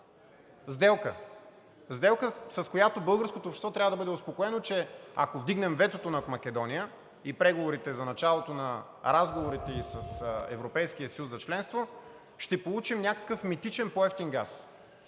сделка – сделка, с която българското общество трябва да бъде успокоено, че ако вдигнем ветото над Македония за преговорите за началото на разговорите ѝ с Европейския съюз за членство, ще получим някакъв митичен по-евтин газ.